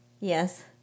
Yes